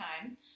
time